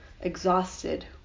exhausted